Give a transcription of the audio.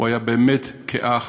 הוא היה באמת כאח.